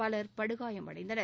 பலர் படுகாயமடைந்தனர்